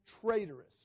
traitorous